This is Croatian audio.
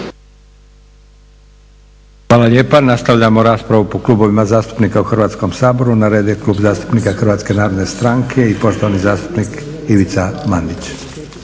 Hvala lijepa. Nastavljamo raspravu po klubovima zastupnika u Hrvatskom saboru. Na redu je Klub zastupnika Hrvatske narodne stranke i poštovani zastupnik Ivica Mandić.